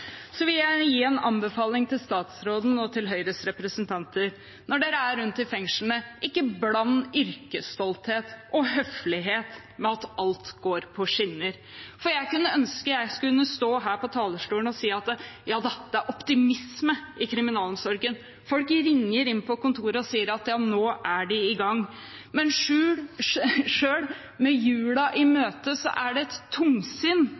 Så vil jeg gi en anbefaling til statsråden og til Høyres representanter: Når dere er rundt i fengslene, ikke bland yrkesstolthet og høflighet med at alt går på skinner. Jeg skulle ønske jeg kunne stå her på talerstolen og si: Ja da, det er optimisme i kriminalomsorgen, folk ringer inn på kontoret og sier ja, nå er de i gang. Men selv med jula i møte er det et tungsinn